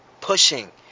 pushing